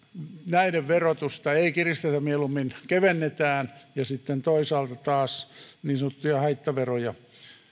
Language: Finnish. näiden verotusta ei kiristetä mieluummin kevennetään ja sitten toisaalta taas niin sanottuja haittaveroja